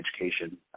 education